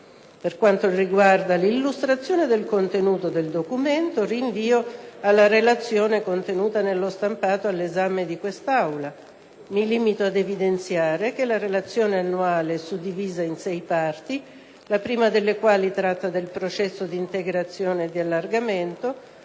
Per quanto riguarda l'illustrazione del contenuto del documento, rinvio alla relazione contenuta nello stampato all'esame di quest'Aula, limitandomi ad evidenziare che la Relazione annuale è suddivisa in sei parti: la prima tratta del processo d'integrazione e di allargamento;